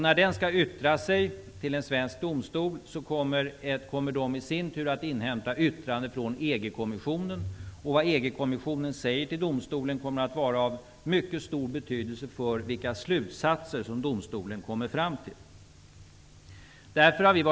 När den skall yttra sig till en svensk domstol kommer den svenska domstolen i sin tur att inhämta yttranden från EG-kommissionen, och vad EG-kommissionen säger till domstolen kommer att vara av mycket stor betydelse för vilka slutsatser den kommer fram till.